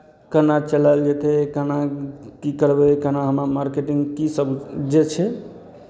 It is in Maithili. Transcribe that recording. केना चलायल जेतै केना की करबै केना हमरा मार्केटिंग कीसभ जे छै